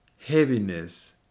heaviness